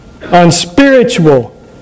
unspiritual